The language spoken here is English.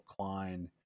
Klein